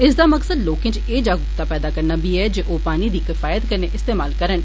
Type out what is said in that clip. इस दा मकसद लोकें च एह् जागरूक्ता पैदा करना बी एह् जे ओ पानी दा किफायत कन्नै इस्तेमाल करन